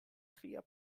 tria